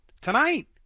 tonight